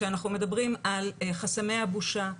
כשאנחנו מדברים על חסמי הבושה,